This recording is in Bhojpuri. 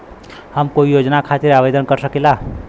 हम कोई योजना खातिर आवेदन कर सकीला?